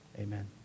amen